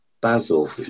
basil